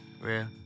real